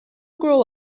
grow